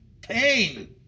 Pain